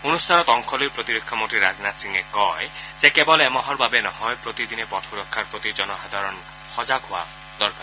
অনুষ্ঠানত অংশ লৈ প্ৰতিৰক্ষা মন্ত্ৰী ৰাজনাথ সিঙে কয় যে কেৱল এমাহৰ বাবে নহয় প্ৰতিদিনে পথ সুৰক্ষাৰ প্ৰতি জনসাধাৰণ সজাগ হোৱা দৰকাৰ